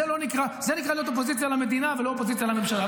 זה נקרא להיות אופוזיציה למדינה ולא אופוזיציה לממשלה.